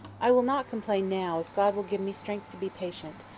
i will not complain now, if god will give me strength to be patient.